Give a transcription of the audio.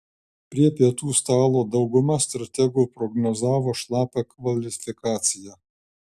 prie pietų stalo dauguma strategų prognozavo šlapią kvalifikaciją